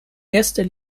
erster